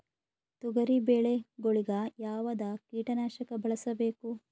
ತೊಗರಿಬೇಳೆ ಗೊಳಿಗ ಯಾವದ ಕೀಟನಾಶಕ ಬಳಸಬೇಕು?